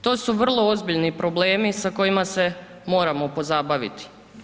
To su vrlo ozbiljni problemi sa kojima se moramo pozabaviti.